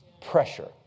Pressure